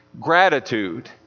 Gratitude